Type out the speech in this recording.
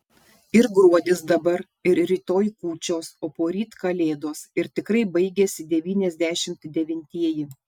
ir gruodis dabar ir rytoj kūčios o poryt kalėdos ir tikrai baigiasi devyniasdešimt devintieji